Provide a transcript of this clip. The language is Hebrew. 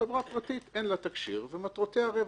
חברה פרטית אין לה תקשי"ר ומטרותיה רווח.